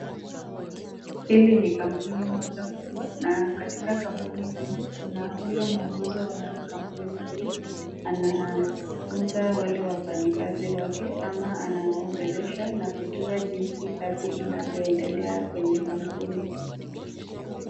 Hili ni kampuni moja kubwa na katika kampuni hili kuna ule muongozo wa kampuni hii. Anafunza wale wafanyikazi wake ama anawaongelesha na kujua jinsi kazi inavyoendelea kwenye kampuni.